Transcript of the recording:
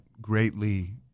greatly